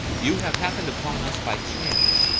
you have happened upon us by chance,